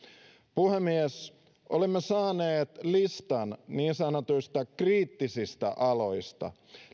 puhemies olemme saaneet listan niin sanotuista kriittisistä aloista